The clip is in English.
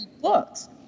books